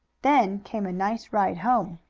then came a nice ride home.